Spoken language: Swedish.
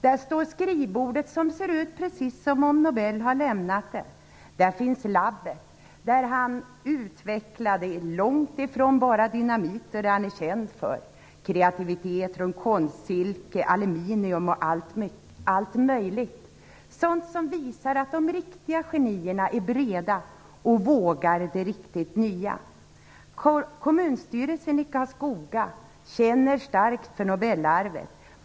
Där står skrivbordet som ser ut precis som det gjorde när Nobel lämnade det. Där finns labbet, där han utvecklade långt ifrån bara dynamit som han är känd för utan också kreativitet runt konstsilke, aluminium och allt möjligt - sådant som visar att de riktiga genierna är breda och vågar det riktigt nya. Kommunstyrelsen i Karlskoga känner starkt för Nobelarvet.